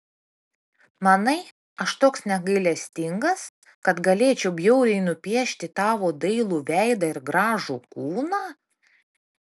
manai aš toks negailestingas kad galėčiau bjauriai nupiešti tavo dailų veidą ir gražų kūną